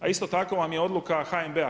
A isto tako vam je odluka HNB-a.